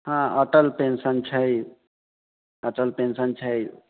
हँ अटल पेंशन छै अटल पेंशन छै